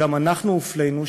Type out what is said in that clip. שגם אנחנו הופלינו,